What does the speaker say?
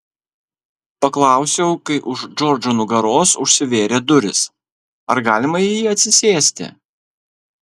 paklausiau kai už džordžo nugaros užsivėrė durys ar galima į jį atsisėsti